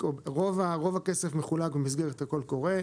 רוב הכסף מחולק במסגרת הקול קורא.